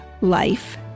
life